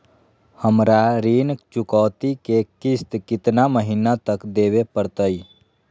हमरा ऋण चुकौती के किस्त कितना महीना तक देवे पड़तई?